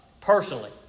personally